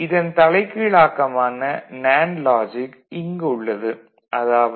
இதன் தலைகீழாக்கமான NAND logic இங்கு உள்ளது அதாவது A